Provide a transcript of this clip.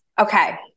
Okay